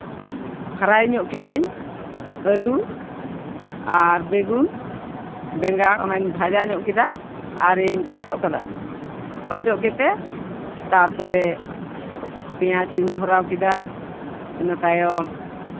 ᱯᱷᱟᱨ ᱧᱚᱜ ᱠᱤᱫᱟᱹᱧ ᱟᱹᱞᱩ ᱟᱨ ᱵᱮᱜᱩᱱ ᱱᱮᱸᱜᱟᱲ ᱚᱱᱟᱧ ᱵᱷᱟᱡᱟ ᱧᱚᱜ ᱠᱮᱫᱟ ᱟᱨᱤᱧ ᱚᱪᱚᱜ ᱠᱟᱫᱟ ᱚᱪᱚᱜ ᱠᱟᱛᱮᱫ ᱛᱟᱨᱯᱚᱨᱮ ᱯᱮᱸᱭᱟᱡᱽ ᱤᱧ ᱵᱷᱚᱨᱟᱣ ᱠᱮᱫᱟ ᱤᱱᱟᱹ ᱛᱟᱭᱚᱢ